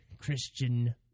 Christian